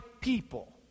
people